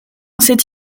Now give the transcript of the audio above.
sait